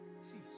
See